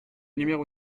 numéro